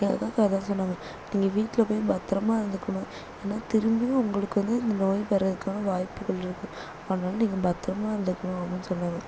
எங்கள் அக்காவுக்கும் அதுதான் சொன்னாங்க நீ வீட்டில் போய் பத்திரமாக இருந்துக்கணும் ஏன்னால் திரும்பியும் உங்களுக்கு வந்து இந்த நோய் வருவதற்கான வாய்ப்புகள் இருக்குது அதனால் நீங்கள் பத்திரமாக இருந்துக்கணும் அப்படினு சொன்னாங்க